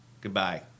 Goodbye